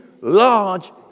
large